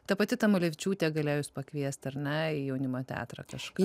ta pati tamulevičiūtė galėjo jus pakviest ar ne į jaunimo teatrą kažką